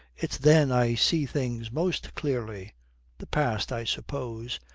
it's then i see things most clearly the past, i suppose.